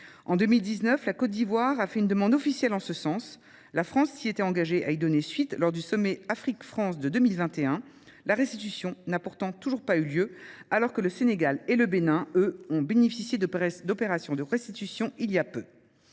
En 2019, la Côte d'Ivoire a fait une demande officielle en ce sens. La France s'y était engagée à y donner suite lors du sommet Afrique-France de 2021. La restitution n'a pourtant toujours pas eu lieu, alors que le Sénégal et le Bénin, eux, ont bénéficié de presse d'opérations de restitution il y a peu.